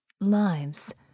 Lives